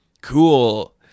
Cool